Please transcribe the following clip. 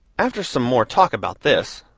after some more talk about this,